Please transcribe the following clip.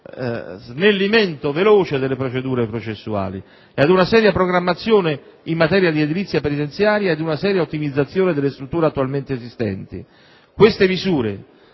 snellimento veloce delle procedure processuali, ad una seria programmazione in materia di edilizia penitenziaria e ad una seria ottimizzazione delle strutture attualmente esistenti. Queste misure